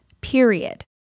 period